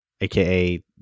aka